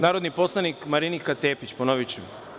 Narodni poslanik Marinika Tepić, ponoviću.